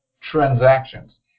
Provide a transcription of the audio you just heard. transactions